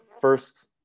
first